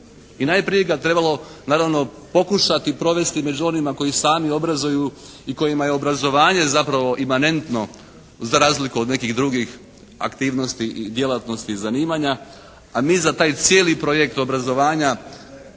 i najprije bi ga trebalo naravno pokušati provesti među onima koji sami obrazuju i kojima je obrazovanje zapravo imanentno za razliku od nekih drugih aktivnosti i djelatnosti zanimanja, a mi za taj cijeli projekt obrazovanja